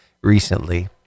recently